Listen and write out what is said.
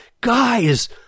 Guys